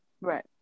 Right